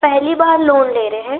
पहली बार लोन ले रहे हैं